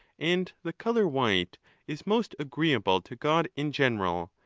and the colour white is most agreeable to god, in general,